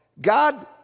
God